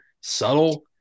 subtle